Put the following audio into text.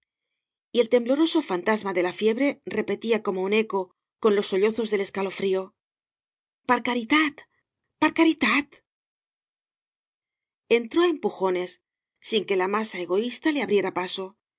t el tembloroso fantasma de la fiebre repetía como un eco con los sollozos del escalofrío per caritatt per caritatl v bxasoo ibáñbz entró á empujones sin que la masa egoísta le abriera paso y